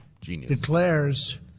declares